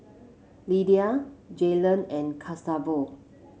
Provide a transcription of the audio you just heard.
Lydia Jaylon and Gustavo